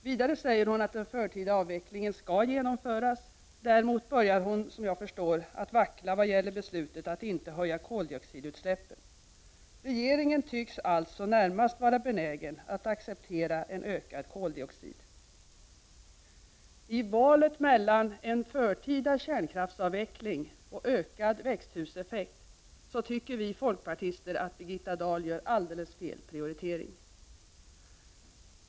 Vidare säger hon att den förtida avvecklingen skall genomföras. Däremot börjar hon, som jag förstår, att vackla vad gäller beslutet att inte höja koldioxidutsläppen. Regeringen tycks alltså närmast vara benägen att acceptera en ökad mängd koldioxid. I valet mellan en förtida kärnkraftsavveckling och ökad växthuseffekt tycker vi folkpartister att Birgitta Dahl gör alldeles fel prioritering.